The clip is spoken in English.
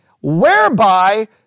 whereby